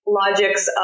logics